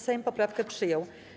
Sejm poprawkę przyjął.